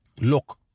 Look